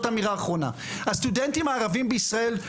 הסטודנטים הערבים בישראל,